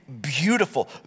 beautiful